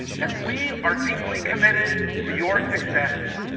and we are deeply committed to your success.